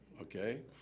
Okay